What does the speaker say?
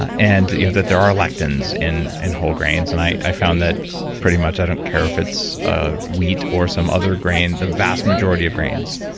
and yeah that there are lectins in in whole grains. and i found that pretty much i don't care if it's wheat or some other grain, the vast majority of grains